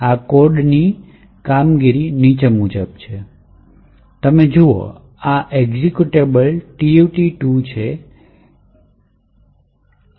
આ કોડની સાચી કામગીરી નીચે મુજબ છે તમે જુઓ આ એક્ઝેક્યુટેબલ tut2 છે